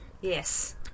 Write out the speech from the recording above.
Yes